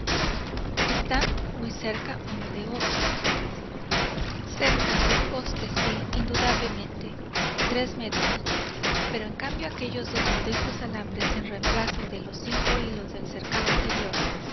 están muy cerca uno de otro cerca los postes sí indudablemente tres metros pero en cambio aquellos dos modestos alambres en reemplazo de los cinco hilos del cercado anterior